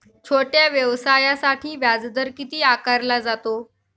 छोट्या व्यवसायासाठी व्याजदर किती आकारला जातो?